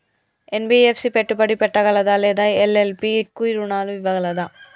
NBFC పెట్టుబడి పెట్టగలదా లేదా ఎల్.ఎల్.పి కి రుణాలు ఇవ్వగలదా?